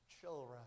children